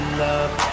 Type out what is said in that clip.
love